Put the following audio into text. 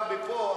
גם פה,